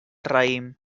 raïm